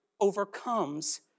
overcomes